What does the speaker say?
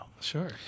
Sure